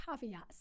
caveats